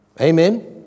Amen